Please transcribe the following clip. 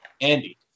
Andy